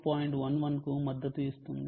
11 కు మద్దతు ఇస్తుంది